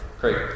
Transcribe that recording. Great